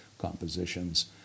compositions